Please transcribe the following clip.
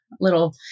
little